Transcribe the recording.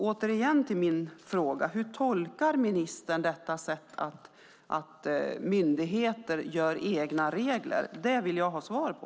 Återigen till min fråga: Hur tolkar ministern detta att myndigheter gör egna regler? Det vill jag ha svar på.